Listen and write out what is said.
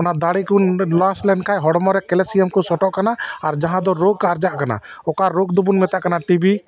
ᱚᱱᱟ ᱫᱟᱲᱮ ᱠᱚᱵᱚᱱ ᱞᱚᱥ ᱞᱮᱱᱠᱷᱟᱡ ᱦᱚᱲᱢᱚ ᱨᱮ ᱠᱮᱞᱥᱤᱭᱟᱢ ᱠᱚ ᱥᱚᱴ ᱼᱚᱜ ᱠᱟᱱᱟ ᱟᱨ ᱡᱟᱦᱟᱸ ᱫᱚ ᱨᱳᱜᱽ ᱟᱨᱡᱟᱜ ᱠᱟᱱᱟ ᱚᱠᱟ ᱨᱳᱜᱽ ᱫᱚᱵᱚᱱ ᱢᱮᱛᱟᱜ ᱠᱟᱱᱟ ᱴᱤᱵᱤ